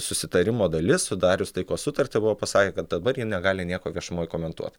susitarimo dalis sudarius taikos sutartį buvo pasakė kad dabar ji negali nieko viešumoj komentuot